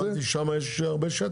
הבנתי ששם יש הרבה שטח.